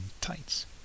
tights